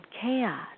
chaos